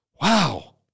Wow